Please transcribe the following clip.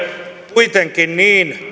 kuitenkin